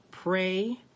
Pray